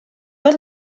are